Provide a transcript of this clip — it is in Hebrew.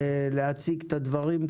להציג את הדברים,